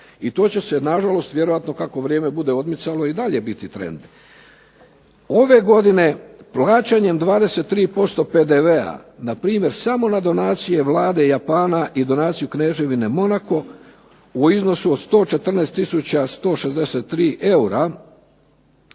I to će se nažalost, vjerojatno kako vrijeme bude odmicalo i dalje biti trend. Ove godine plaćanjem 23% PDV-a npr. samo na donacije Vlade Japana i donaciju Kneževine Monako u iznosu od 114 tisuća